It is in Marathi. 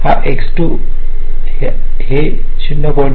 1 आहे x 2 हे 0